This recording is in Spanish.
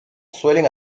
suelen